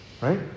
Right